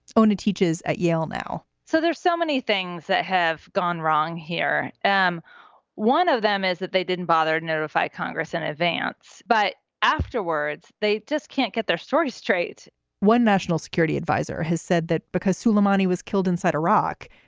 ah and teaches at yale now, so there's so many things that have gone wrong here. um one of them is that they didn't bother to notify congress in advance, but afterwards they just can't get their story straight one national security adviser has said that because suleimani was killed inside iraq,